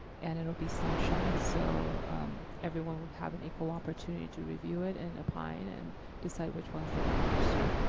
and it'll be sunshined, so everyone would have an equal opportunity to review it and opine and decide which ones they want to pursue.